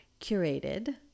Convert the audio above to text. curated